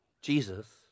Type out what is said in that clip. Jesus